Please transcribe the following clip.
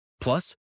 plus